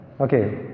Okay